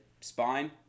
spine